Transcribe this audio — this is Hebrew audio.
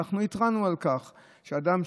ואנחנו התרענו על כך שאדם,